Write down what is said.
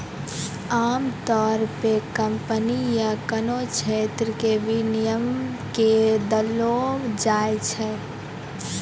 आमतौर पे कम्पनी या कोनो क्षेत्र मे विनियमन के बढ़ावा देलो जाय छै